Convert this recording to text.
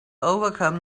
overcome